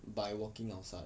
by walking outside